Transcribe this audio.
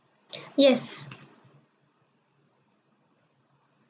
yes